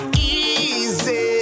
Easy